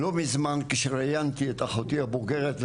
לא מזמן כשראיינתי את אחותי הבוגרת,